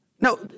No